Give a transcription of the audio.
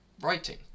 writing